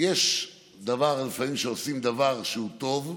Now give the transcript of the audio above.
יש דבר שלפעמים עושים דבר שהוא טוב וחשוב,